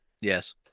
Yes